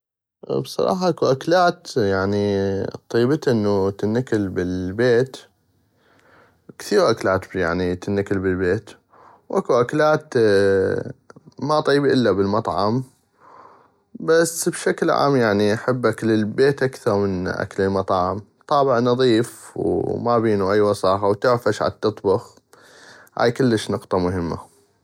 بصراحة اكو اكلات طيبتا انو تنكل بل البيت كثيغ اكلات يعني تنكل بل البيت واكو اكلات ما طيبي الا بل المطعم بس بشكل عام احب اكل البيت اكثغ من اكل المطاعم طابع نظيف ومابينو اي وصاخة وتعغف اش عتطبخ هاي كلش نقطة مهمة.